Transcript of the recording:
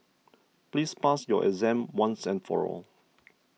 please pass your exam once and for all